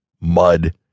mud